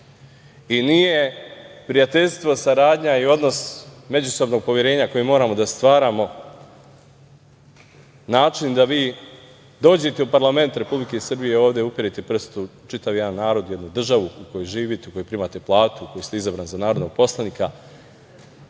Nije prijateljstvo, saradnja i odnos međusobnog poverenja koji moramo da stvaramo, način da vi dođete u parlament Republike Srbije i ovde uperite prst u čitav jedan narod i jednu državu u koju živite, u koju primate platu, u koju ste izabran za narodnog poslanika